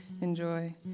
enjoy